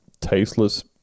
tasteless